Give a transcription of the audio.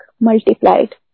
multiplied